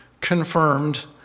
confirmed